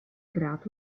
creata